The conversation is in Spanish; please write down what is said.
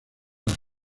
las